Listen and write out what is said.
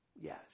Yes